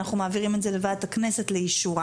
ואנחנו מעבירים את זה לוועדת הכנסת לאישורה.